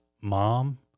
mom